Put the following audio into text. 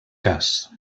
cas